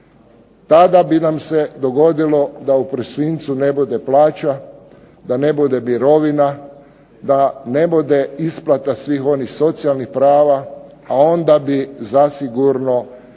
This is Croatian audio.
tada bi nam se dogodilo da u prosincu ne bude plaća, da ne bude mirovina, da ne bude isplata svih onih socijalnih prava, a onda bi zasigurno teško